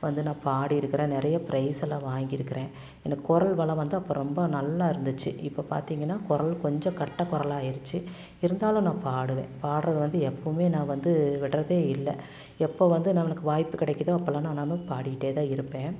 வந்து நான் பாடி இருக்குறன் நிறைய ப்ரைஸ்யெல்லாம் வாங்கி இருக்குறன் எனக்கு குரல் வளம் வந்து அப்போ ரொம்ப நல்ல இருந்துச்சு இப்போ பார்த்திங்கன்னா குரல் கொஞ்சம் கட்டை குரலா ஆயிருச்சு இருந்தாலும் நான் பாடுவேன் பாடுறது வந்து எப்போமே நான் வந்து விடுறதே இல்லை எப்போ வந்து நம்பளுக்கு வாய்ப்பு கிடைக்குதோ அப்பலாம் நான் பாடிகிட்டே தான் இருப்பேன்